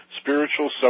spiritual